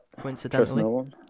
Coincidentally